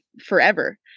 forever